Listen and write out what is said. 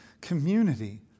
community